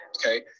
okay